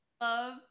love